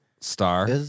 Star